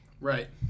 Right